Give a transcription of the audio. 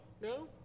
No